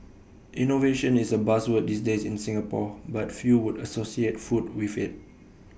innovation is A buzzword these days in Singapore but few would associate food with IT